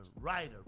writer